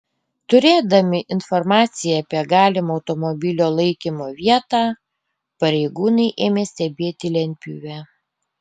turėdami informaciją apie galimą automobilio laikymo vietą pareigūnai ėmė stebėti lentpjūvę